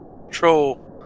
Control